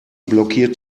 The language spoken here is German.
blockiert